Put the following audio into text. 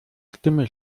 stimme